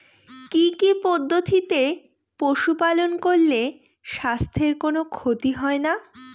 কি কি পদ্ধতিতে পশু পালন করলে স্বাস্থ্যের কোন ক্ষতি হয় না?